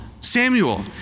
Samuel